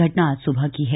घटना आज सुबह की है